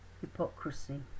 hypocrisy